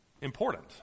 important